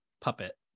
puppet